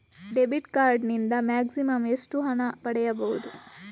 Debit card ನಿಂದ maximum ಎಷ್ಟು ಹಣ ಪಡೆಯಬಹುದು?